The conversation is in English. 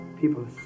People